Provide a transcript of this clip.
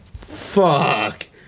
fuck